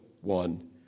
one